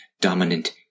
dominant